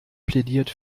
plädiert